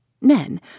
Men